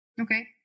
Okay